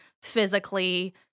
Physically